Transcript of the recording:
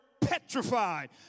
petrified